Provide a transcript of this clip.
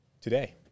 today